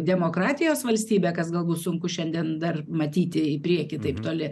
demokratijos valstybe kas galbūt sunku šiandien dar matyti į priekį taip toli